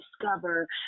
discover